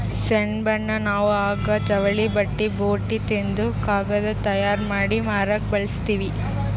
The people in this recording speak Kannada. ಸೆಣಬನ್ನ ನಾವ್ ಹಗ್ಗಾ ಜವಳಿ ಬಟ್ಟಿ ಬೂಟ್ ತಿಂಡಿ ಕಾಗದ್ ತಯಾರ್ ಮಾಡಿ ಮಾರಕ್ ಬಳಸ್ತೀವಿ